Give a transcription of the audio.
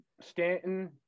Stanton